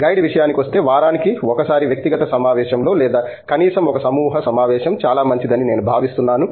guide విషయానికొస్తే వారానికి ఒకసారి వ్యక్తిగత సమావేశంలో లేదా కనీసం ఒక సమూహ సమావేశం చాలా మంచిదని నేను భావిస్తున్నాను